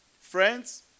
Friends